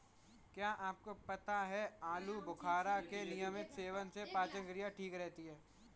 क्या आपको पता है आलूबुखारा के नियमित सेवन से पाचन क्रिया ठीक रहती है?